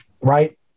Right